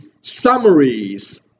summaries